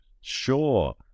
sure